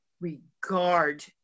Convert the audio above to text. regard